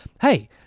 hey